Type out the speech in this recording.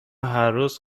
هرروز